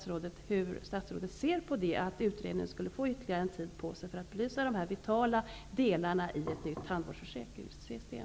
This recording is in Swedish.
Hur ser statsrådet på att ge utredningen ytterligare tid för att belysa dessa vitala delar i ett nytt tandvårdsförsäkringssystem?